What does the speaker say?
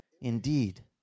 indeed